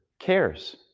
cares